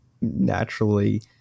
naturally